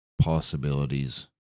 possibilities